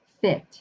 fit